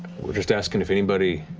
we're just asking if anybody,